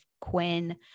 Quinn